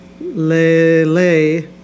Lele